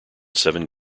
seven